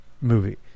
movie